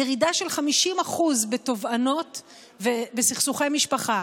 ירידה של 50% בתובענות ובסכסוכי משפחה.